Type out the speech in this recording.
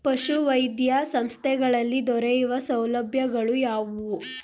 ಪಶುವೈದ್ಯ ಸಂಸ್ಥೆಗಳಲ್ಲಿ ದೊರೆಯುವ ಸೌಲಭ್ಯಗಳು ಯಾವುವು?